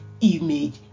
image